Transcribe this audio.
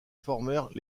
formèrent